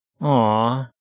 Aw